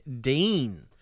Dean